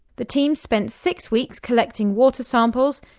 the team spent six weeks collecting water samples,